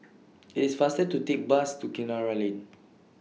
IT IS faster to Take Bus to Kinara Lane